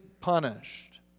punished